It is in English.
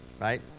right